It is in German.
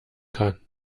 kann